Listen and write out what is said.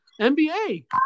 NBA